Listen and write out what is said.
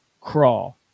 crawl